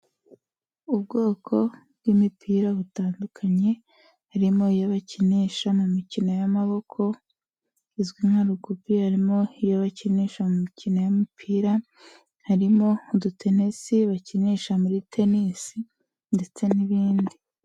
Ubwoko bw'imipira butandukanye, harimo iyo bakinisha mu mikino y'amaboko izwi nka rugubi, harimo iyo bakinisha mu mikino y'umupira, harimo utudenesi bakinisha muri tenisi ndetse n'ibindi.